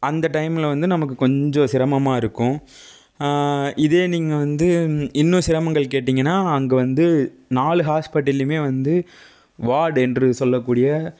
அந்த டைமில் வந்து நமக்கு கொஞ்சம் சிரமமாகருக்கும் இதே நீங்கள் வந்து இன்னும் சிரமங்கள் கேட்டிங்கனா அங்கு வந்து நாலு ஹாஸ்பெட்லையுமே வந்து வாடென்று சொல்லக்கூடிய